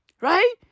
Right